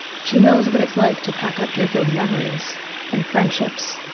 she knows what it's like to pack up deerfield memories and friendships,